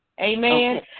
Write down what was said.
amen